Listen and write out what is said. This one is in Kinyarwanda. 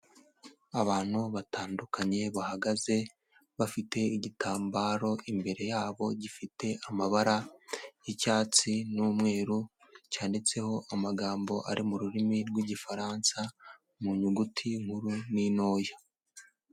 Abantu batandukanye bahagaze bafite igitambaro, imbere yabo gifite amabara y'icyatsi n'umweru, cyanditseho amagambo ari mu rurimi rw'Igifaransa, mu nyuguti nkuru n'intoya.